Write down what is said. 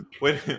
Wait